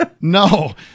No